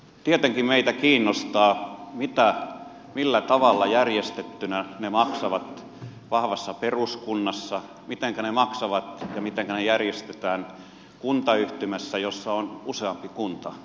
tietenkin meitä kiinnostaa mitä ja millä tavalla järjestettyinä ne maksavat vahvassa peruskunnassa mitenkä ne maksetaan ja mitenkä ne järjestetään kuntayhtymässä jossa on useampi kunta mukana